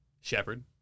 Shepard